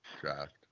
draft